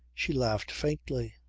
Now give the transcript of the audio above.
she laughed faintly.